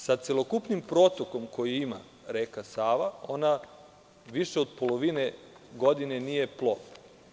Sa celokupnimprotokom, koji ima reka Sava, ona više od polovine godine nije plovna.